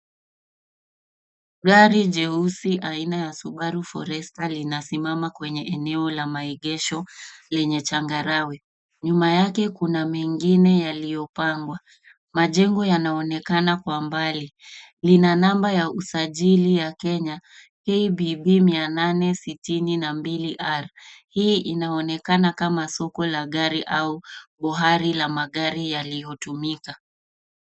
Gari jeusi aina ya Subaru Forester linasimama kwenye Eneo la maegesho yenye changarawe. Nyuma yake kuna mengine yaliyo pangwa. Majengo yanaonekana kwa mbali. Lina namba ya usajili ya Kenya, KBB-1862R. Hii inaonekana kama soko la gari au, bohari la magari yaliyo tumika.